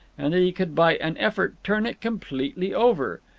and that he could by an effort turn it completely over.